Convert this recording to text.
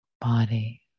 body